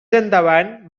endavant